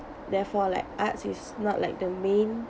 therefore like arts is not like the main